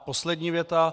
Poslední věta.